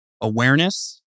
awareness